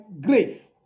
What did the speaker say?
grace